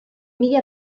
mila